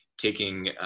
taking